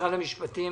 משרד המשפטים